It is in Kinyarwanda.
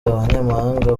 abanyamahanga